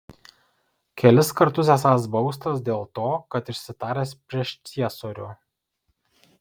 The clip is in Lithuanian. kelis kartus esąs baustas dėl to kad išsitaręs prieš ciesorių